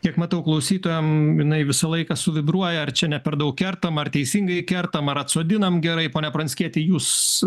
kiek matau klausytojam jinai visą laiką suvibruoja ar čia ne per daug kertama ar teisingai kertama ar atsodinam gerai pone pranckieti jūs